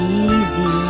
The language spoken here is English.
easy